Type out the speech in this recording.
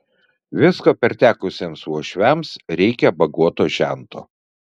visko pertekusiems uošviams reikia bagoto žento